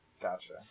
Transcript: Gotcha